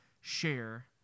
share